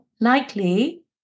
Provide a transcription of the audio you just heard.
likely